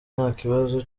ntakibazo